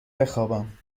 بخوابم